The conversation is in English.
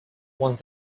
once